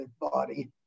body